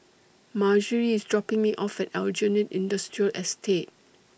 Margery IS dropping Me off At Aljunied Industrial Estate